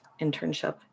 internship